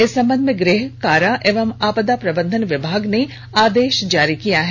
इस संबंध में गृह कारा एवं आपदा प्रबंधन विभाग ने आदेश जारी किया है